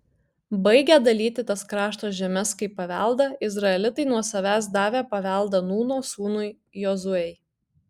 baigę dalyti tas krašto žemes kaip paveldą izraelitai nuo savęs davė paveldą nūno sūnui jozuei